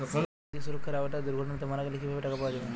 সামাজিক সুরক্ষার আওতায় দুর্ঘটনাতে মারা গেলে কিভাবে টাকা পাওয়া যাবে?